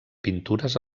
pintures